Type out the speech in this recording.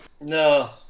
No